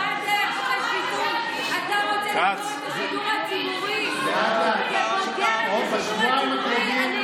תקראי לו שיבוא לאיזו הפגנה או שתיים,